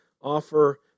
offer